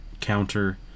counter